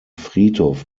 friedhof